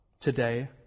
Today